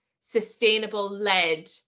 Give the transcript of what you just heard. sustainable-led